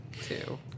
Two